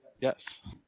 Yes